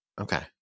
Okay